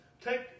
take